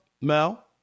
Mel